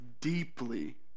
deeply